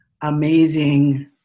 amazing